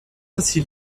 ainsi